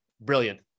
Brilliant